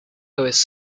louis